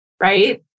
Right